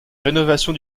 rénovation